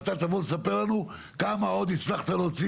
ואתה תבוא ותספר לנו כמה עוד הצלחת להוציא